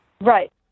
Right